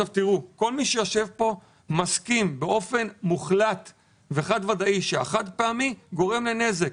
כל מי שיושב פה מסכים באופן מוחלט וחד ודאי שהחד פעמי גורם לנזק.